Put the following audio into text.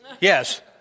Yes